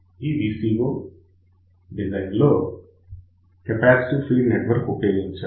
ఈ VCO design లో capacitive feed network ఉపయోగించాము